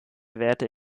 werte